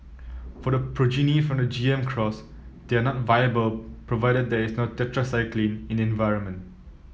for the progeny from the G M cross they are not viable provided there no tetracycline in the environment